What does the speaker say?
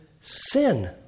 sin